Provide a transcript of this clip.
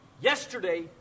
Yesterday